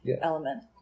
element